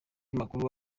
makuru